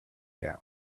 gown